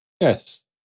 Yes